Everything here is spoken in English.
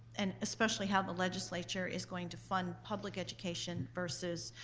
and especially how the legislature is going to fund public education versus,